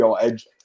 edge